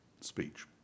speech